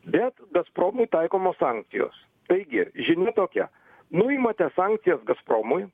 bet gazpromui taikomos sankcijos taigi žinia tokia nuimate sankcijas gazpromui